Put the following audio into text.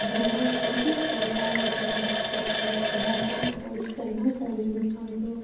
بندہ کوشش کرتا ہے اسی لیے بہت اچھا لگتا ہے ڈاکٹری کورس کرنا چاہیے انسان کو